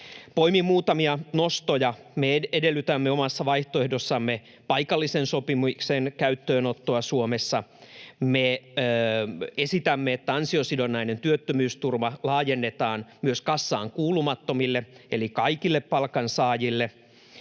Poimin muutamia nostoja: Me edellytämme omassa vaihtoehdossamme paikallisen sopimisen käyttöönottoa Suomessa. Me esitämme, että ansiosidonnainen työttömyysturva laajennetaan myös kassaan kuulumattomille eli kaikille palkansaajille.